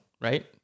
right